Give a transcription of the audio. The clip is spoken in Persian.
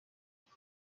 دوست